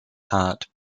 heart